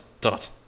dot